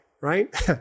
right